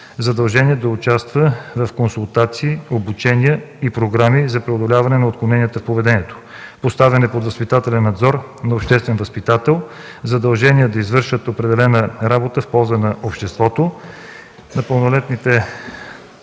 задължение да участват в консултации, обучение и програми за преодоляване на отклоненията в поведението; поставяне под възпитателен надзор на обществен възпитател; задължение да извършват определена работа в полза на обществото. На родителите